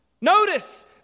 Notice